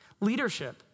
Leadership